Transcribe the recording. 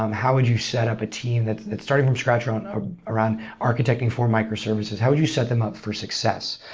um how would you set up a team that started from scratch around ah around architecting for microservices? how would you set them up for success?